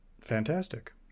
fantastic